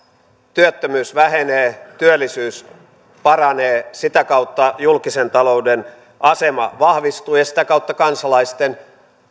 työttömyys vähenee työllisyys paranee sitä kautta julkisen talouden asema vahvistuu ja sitä kautta kansalaisten